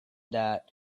that